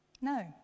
No